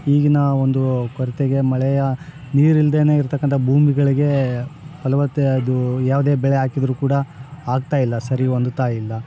ಈಗಿನ ಒಂದು ಕೊರತೆಗೆ ಮಳೆಯ ನೀರಿಲ್ದೇ ಇರ್ತಕ್ಕಂಥ ಭೂಮಿಗಳ್ಗೆ ಫಲವತ್ತೆ ಅದು ಯಾವುದೇ ಬೆಳೆ ಹಾಕಿದ್ರು ಕೂಡ ಆಗ್ತಾಯಿಲ್ಲ ಸರಿ ಹೊಂದುತಾ ಇಲ್ಲ